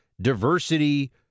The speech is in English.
diversity